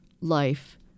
life